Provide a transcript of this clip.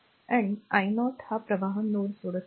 आणि i 0 हा प्रवाह नोड सोडत आहे